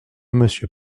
monsieur